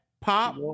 Pop